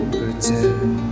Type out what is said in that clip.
pretend